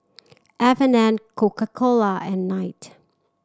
F and N Coca Cola and Knight